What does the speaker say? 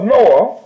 Noah